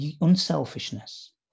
unselfishness